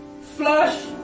Flush